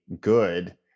good